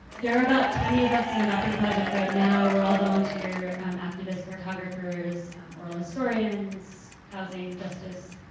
there're about twenty of us in the mapping project right now. we're all volunteer um activists, cartographers oral historians, housing justice